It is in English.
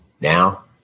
Now